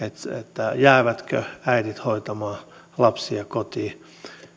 jäävätkö äidit hoitamaan lapsia kotiin